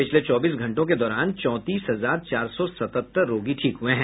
पिछले चौबीस घंटों के दौरान चौतीस हजार चार सौ सतहत्तर रोगी ठीक हुए हैं